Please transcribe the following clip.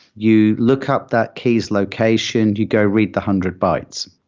you look up that key's location, you go read the hundred bytes.